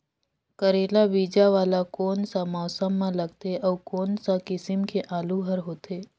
करेला बीजा वाला कोन सा मौसम म लगथे अउ कोन सा किसम के आलू हर होथे?